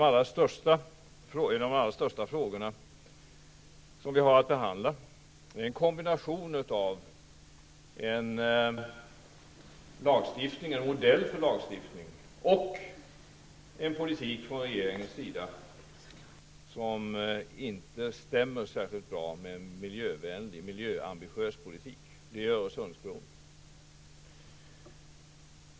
En av de allra största frågorna som vi har att behandla är en kombination av en modell för lagstiftning och en regeringspolitik som inte stämmer särskilt bra med en miljöambitiös politik. Det är Öresundsbron.